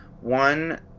One